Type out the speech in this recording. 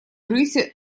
рыси